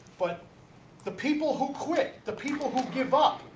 but the people who quit the people who give up?